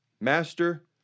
master